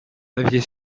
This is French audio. aviez